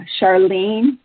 Charlene